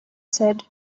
said